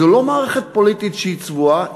זו לא מערכת פוליטית שהיא צבועה,